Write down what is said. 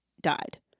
died